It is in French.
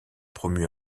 promu